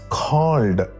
called